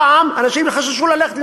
פעם אנשים חששו ללכת לנתניה.